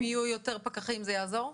אם יהיו יותר פקחים זה יעזור?